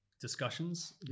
discussions